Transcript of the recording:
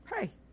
Hey